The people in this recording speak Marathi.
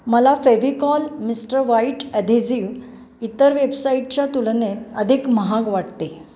मला फेविकॉल मिस्टर व्हाईट ॲधेझिव्ह इतर वेबसाईटच्या तुलनेत अधिक महाग वाटते